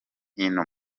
hino